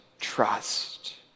trust